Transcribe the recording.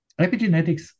epigenetics